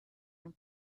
and